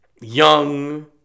young